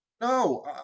No